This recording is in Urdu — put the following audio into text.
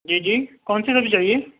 جی جی کون سی سبزی چاہیے